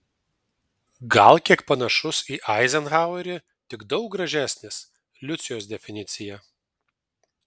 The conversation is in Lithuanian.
gal kiek panašus į eizenhauerį tik daug gražesnis liucijos definicija